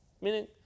Meaning